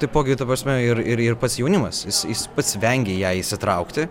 taipogi ta prasme ir ir ir pats jaunimas jis jis pats vengia į ją įsitraukti